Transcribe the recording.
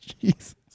Jesus